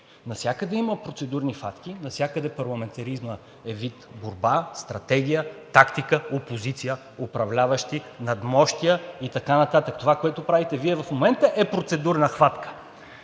Навсякъде има процедурни хватки, навсякъде парламентаризмът е вид борба, стратегия, тактика, опозиция, управляващи, надмощия и така нататък. Това, което правите Вие в момента, е процедурна хватка